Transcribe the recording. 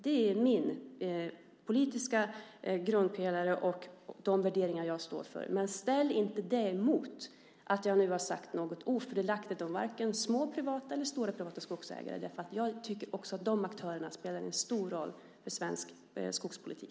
Det är min politiska grundpelare och de värderingar jag står för. Men påstå inte att jag nu har sagt något ofördelaktig om små eller stora privata skogsägare. Jag tycker också att de aktörerna spelar en stor roll för svensk skogspolitik.